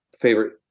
favorite